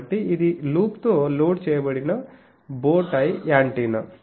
కాబట్టి ఇది లూప్తో లోడ్ చేయబడిన బో టై యాంటెన్నా